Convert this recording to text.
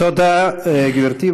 תודה, גברתי.